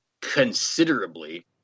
considerably